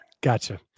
Gotcha